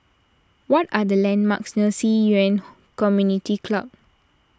what are the landmarks near Ci Yuan Community Club